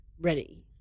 Ready